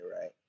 right